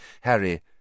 Harry